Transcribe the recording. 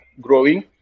growing